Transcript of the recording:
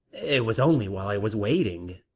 it was only while i was waiting